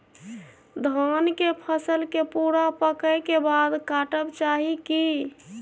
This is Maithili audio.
धान के फसल के पूरा पकै के बाद काटब चाही की?